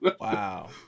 Wow